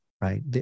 right